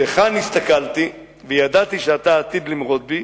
בך נסתכלתי וידעתי שאתה עתיד למרוד בי,